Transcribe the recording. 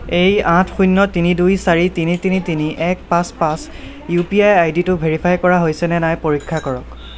এই আঠ শূণ্য তিনি দুই চাৰি তিনি তিনি তিনি এক পাঁচ পাঁচ এই ইউ পি আই আইডিটো ভেৰিফাই কৰা হৈছেনে নাই পৰীক্ষা কৰক